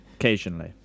occasionally